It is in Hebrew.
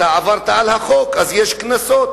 עברת על החוק אז יש קנסות.